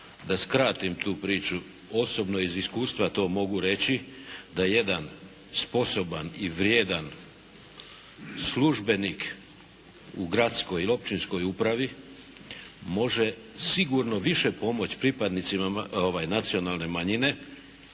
Da skratim tu priču. Osobno iz iskustva to mogu reći da jedan sposoban i vrijedan službenik u gradskoj i općinskoj upravi može sigurno više pomoć pripadnicima nacionalne manjine,